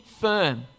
firm